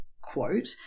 quote